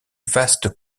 vaste